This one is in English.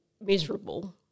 miserable